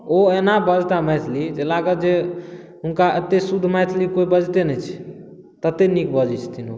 ओ एना बाजताह मैथिली जे लागत जे हुनका एतेक शुद्ध मैथिली कोइ बाजिते नहि छै ततेक नीक बजै छथिन ओ